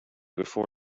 before